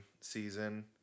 season